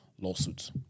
lawsuits